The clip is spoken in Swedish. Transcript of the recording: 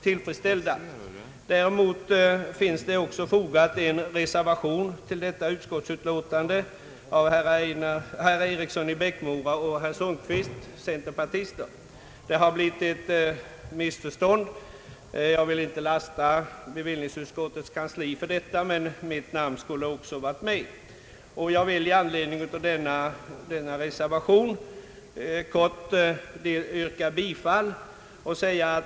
Till betänkandet finns också fogad en reservation av herr Eriksson i Bäckmora och herr Sundkvist — båda centerpartister. Det har blivit ett missförstånd. Jag vill inte lasta bevillningsutskottets kansli för detta, men mitt namn skulle också ha varit med. Jag vill i anledning av reservationen i korthet yrka bifall till densamma.